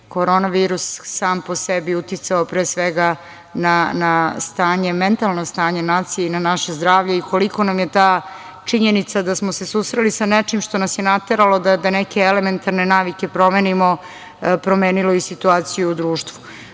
korona virus sam po sebi uticao pre svega na mentalno stanje nacije i na naše zdravlje i koliko nam je ta činjenica da smo se susreli sa nečim što nas je nateralo da neke elementarne navike promenimo promenilo i situaciju u društvu. Važno